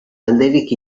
alderik